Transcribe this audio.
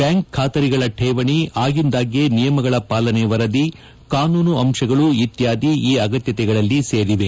bank ಬಾತರಿಗಳ ಕೇವಣಿ ಆಗಿಂದಾಗ್ಗೆ ನಿಯಮಗಳ ಪಾಲನೆ ವರದಿ ಕಾನೂನು ಅಂಶಗಳು ಇತ್ತಾದಿ ಈ ಅಗತ್ತತೆಗಳಲ್ಲಿ ಸೇರಿವೆ